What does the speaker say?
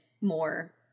more